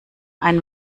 ein